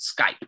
Skype